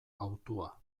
hautua